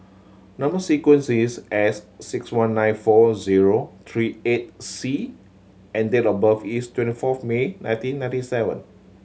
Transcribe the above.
number sequence is S six one nine four zero three eight C and date of birth is twenty fourth May nineteen ninety seven